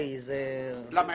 למה,